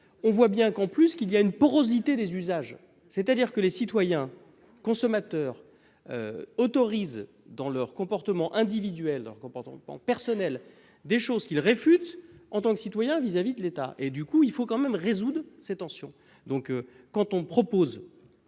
On voit bien qu'en plus qu'il y a une porosité des usages. C'est-à-dire que les citoyens consommateurs. Autorise dans leur comportement individuel, comportant en personnel, des choses qu'il réfute en tant que citoyen vis-à-vis de l'État et du coup il faut quand même résoudre ces tensions. Donc quand on propose.